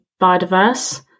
biodiverse